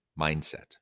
Mindset